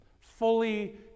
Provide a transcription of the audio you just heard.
Fully